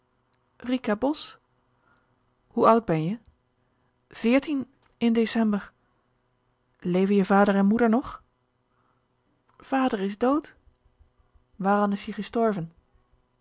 hoe oud ben je veertien in december leven je vader en moeder nog vader is dood waaran is-ie gestorven